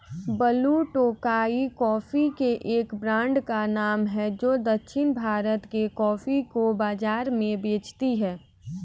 blue Tokai coffee के एक brand का नाम है जो दक्षिण भारत के कॉफी को बाजार में बेचती है